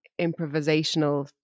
improvisational